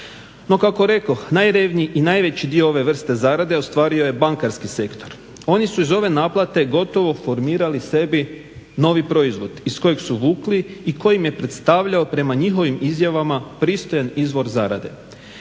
No kako rekoh, najrevniji i najveći dio ove vrste zarade ostvario je bankarski sektor. Oni su iz ove naplate gotovo formirali sebi novi proizvod iz kojeg su vukli i koji imi je predstavljao prema njihovim izjavama pristojan izvor zarade.